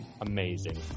amazing